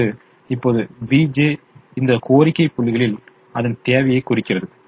அதாவது இப்போது bj இந்த கோரிக்கை புள்ளிகளில் அதன் தேவையை குறிக்கிறது